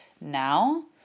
now